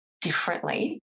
differently